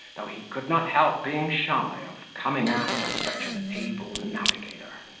though he could not help being shy of coming after such an able navigator.